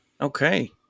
Okay